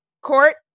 Court